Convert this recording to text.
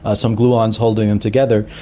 ah some gluons holding them together.